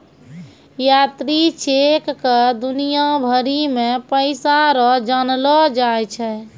यात्री चेक क दुनिया भरी मे पैसा रो जानलो जाय छै